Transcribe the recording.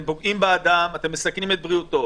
אתם פוגעים באדם, אתם מסכנים את בריאותו.